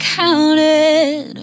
counted